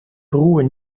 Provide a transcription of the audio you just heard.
broer